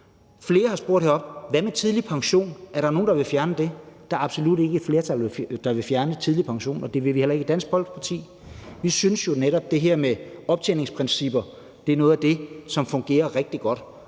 Flere har spurgt heroppefra: Hvad med den tidlige pension? Er der nogen, der vil fjerne den? Der er absolut ikke noget flertal, der vil fjerne den tidlige pension, og det vil vi heller ikke i Dansk Folkeparti. Vi synes jo netop, at optjeningsprincippet er noget af det, som fungerer rigtig godt,